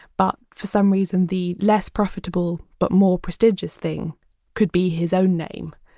but for some reason, the less profitable but more prestigious thing could be his own name,